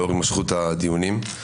לאור התמשכות הדיונים.